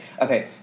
Okay